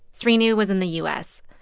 srinu was in the u s.